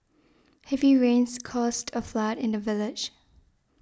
heavy rains caused a flood in the village